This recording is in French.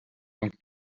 donc